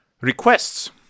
requests